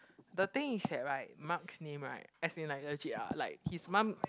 the thing is that right Mark's name right as in like legit ah like his mum